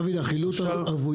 דוד, חילוט הערבויות.